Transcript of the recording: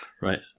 Right